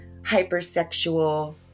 hypersexual